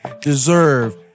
deserve